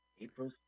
April